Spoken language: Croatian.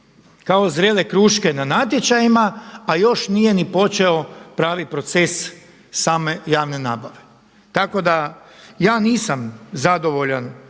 kao zrele kruške na natječajima, a još nije ni počeo pravi proces same javne nabave. Tako da ja nisam zadovoljan